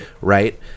right